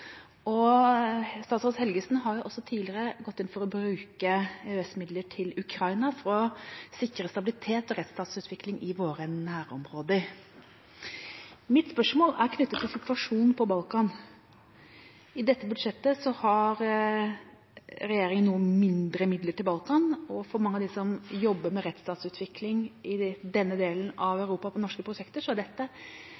Statsråd Helgesen har også tidligere gått inn for å bruke EØS-midler til Ukraina for å sikre stabilitet og rettsstatsutvikling i våre nærområder. Mitt spørsmål er knyttet til situasjonen på Balkan. I dette budsjettet har regjeringa litt færre midler til Balkan, og for mange av dem som jobber med rettsstatsutvikling i denne delen av Europa på norske prosjekter, er dette